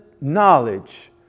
knowledge